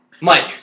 Mike